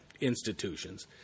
institutions